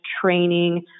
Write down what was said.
training